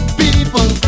people